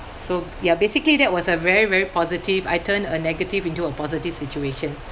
so ya basically that was a very very positive I turned a negative into a positive situation